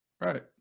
Right